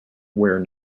where